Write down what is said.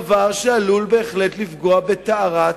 דבר שעלול בהחלט לפגוע בטהרת